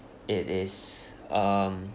it is um